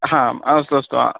ह अस्तु अस्तु